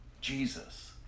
Jesus